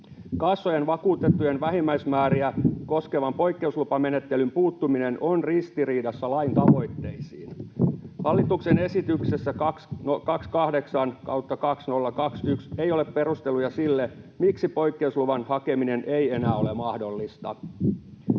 Kassojen vakuutettujen vähimmäismääriä koskevan poikkeuslupamenettelyn puuttuminen on ristiriidassa lain tavoitteiden kanssa. Hallituksen esityksessä 28/2021 ei ole perusteluja sille, miksi poikkeusluvan hakeminen ei enää ole mahdollista.